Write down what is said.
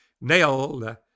nailed